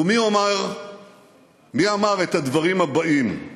ומי אמר את הדברים הבאים: